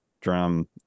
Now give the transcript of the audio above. drum